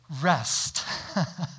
Rest